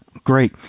great.